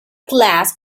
class